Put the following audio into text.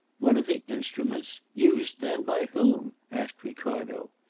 one of the instruments? used, then, by whom? asked ricardo.